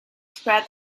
spread